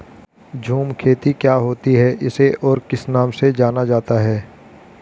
झूम खेती क्या होती है इसे और किस नाम से जाना जाता है?